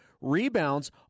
rebounds